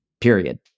Period